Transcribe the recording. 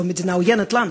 לא מדינה עוינת לנו,